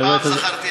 פעם זכרתי.